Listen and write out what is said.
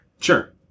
Sure